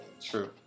True